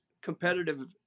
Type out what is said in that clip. competitive